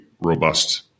robust